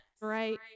Right